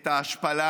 את ההשפלה,